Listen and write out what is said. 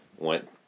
went